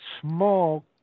small